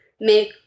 make